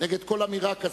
נגד כל אמירה כזאת,